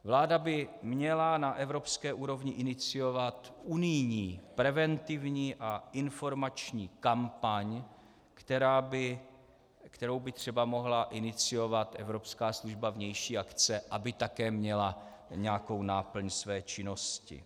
Vláda by měla na evropské úrovni iniciovat unijní preventivní a informační kampaň, kterou by třeba mohla iniciovat Evropská služba vnější akce, aby také měla nějakou náplň své činnosti.